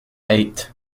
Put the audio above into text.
eight